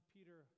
Peter